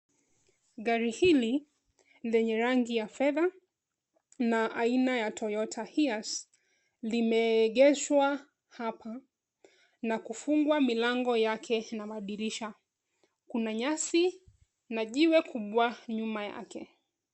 Gari hili ni lenye rangi ya fedha na aina ya Toyota HiAce, limeegeshwa hapo na kufungwa milango yake na madirisha. Kuna nyasi na jiwe kubwa nyuma yake.